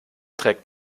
trägt